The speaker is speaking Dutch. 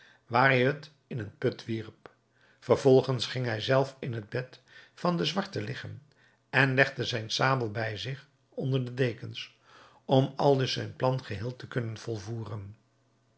waar hij het in een put wierp vervolgens ging hij zelf in het bed van den zwarte liggen en legde zijne sabel bij zich onder de dekens om aldus zijn plan geheel te kunnen volvoeren